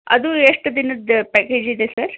ಅದು ಎಷ್ಟು ದಿನದ್ದು ಪ್ಯಾಕೇಜ್ ಇದೆ ಸರ್